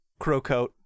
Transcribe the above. Crowcoat